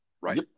Right